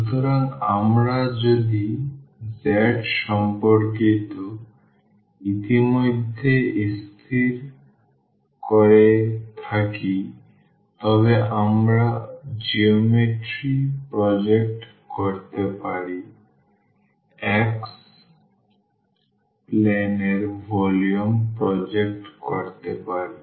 সুতরাং আমরা যদি z সম্পর্কিত ইতিমধ্যে স্থির করে থাকি তবে আমরা জ্যামিতিপ্রজেক্ট করতে পারি x প্লেন এর ভলিউম প্রজেক্ট করতে পারি